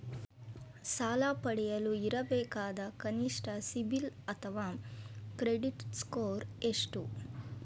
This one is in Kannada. ಸಾಲ ಪಡೆಯಲು ಇರಬೇಕಾದ ಕನಿಷ್ಠ ಸಿಬಿಲ್ ಅಥವಾ ಕ್ರೆಡಿಟ್ ಸ್ಕೋರ್ ಎಷ್ಟು?